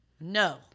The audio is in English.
No